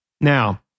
now